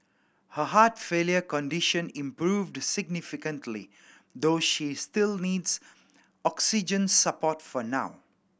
her heart failure condition improved significantly though she still needs oxygen support for now